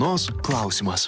nos klausimas